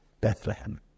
Bethlehem